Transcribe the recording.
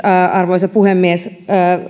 arvoisa puhemies